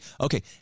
okay